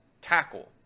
tackle